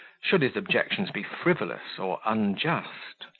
should his objections be frivolous or unjust.